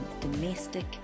domestic